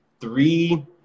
three